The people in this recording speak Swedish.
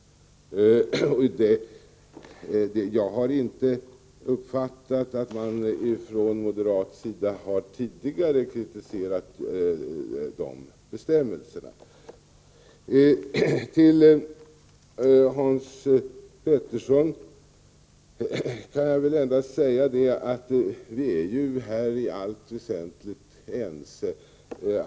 Jag har inte uppfattat att man ifrån moderat sida tidigare har kritiserat dessa bestämmelser. Till Hans Petersson i Röstånga kan jag endast säga att vi i allt väsentligt är ense.